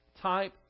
type